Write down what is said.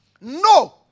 No